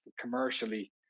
commercially